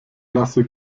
lasse